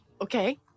Okay